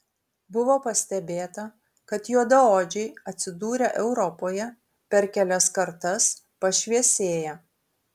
buvo pastebėta kad juodaodžiai atsidūrę europoje per kelias kartas pašviesėja